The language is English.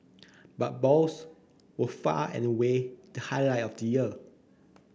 but balls were far and away the highlight of the year